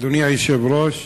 אדוני היושב-ראש,